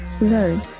learn